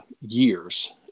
years